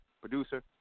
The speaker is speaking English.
producer